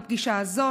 בפגישה הזו,